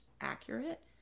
accurate